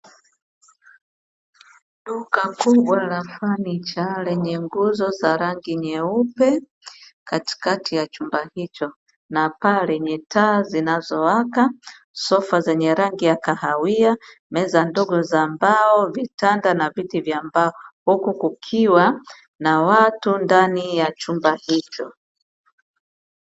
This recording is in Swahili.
Duka kubwa la fanicha, lenye nguzo za rangi nyeupe katikati ya chumba hicho na paa lenye taa zinazo waka, sofa zenye rangi ya kahawia, meza ndogo za mbao, vitanda na viti vya mbao; huku kukiwa na watu ndani ya chumba hicho.